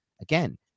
again